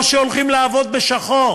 או שהולכים לעבור בשחור.